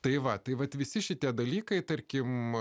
tai va tai vat visi šitie dalykai tarkim